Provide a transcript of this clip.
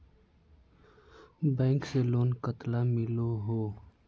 Bank से loan कतला मिलोहो?